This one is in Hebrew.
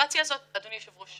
מתוך חוויה וניסיון אישי.